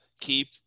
keep